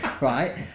Right